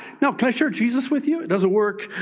now, can i share jesus with you? it doesn't work.